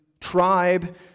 tribe